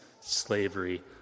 slavery